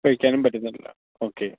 കഴിക്കാനും പറ്റുന്നില്ല ഓക്കെ